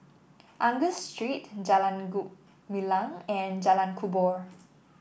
Angus Street Jalan Gumilang and Jalan Kubor